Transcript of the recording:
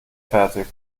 fertig